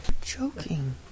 Joking